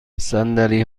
صندلی